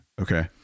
Okay